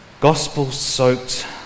gospel-soaked